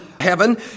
heaven